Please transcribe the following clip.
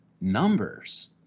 numbers